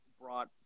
brought